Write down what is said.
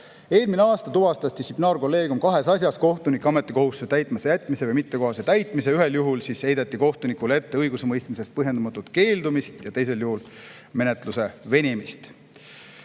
Eelmine aasta tuvastas distsiplinaarkolleegium kahes asjas kohtuniku ametikohustuste täitmata jätmise või mittekohase täitmise. Ühel juhul heideti kohtunikule ette õigusemõistmisest põhjendamatut keeldumist ja teisel juhul menetluse venimist.